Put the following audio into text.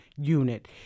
unit